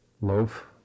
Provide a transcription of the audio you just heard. loaf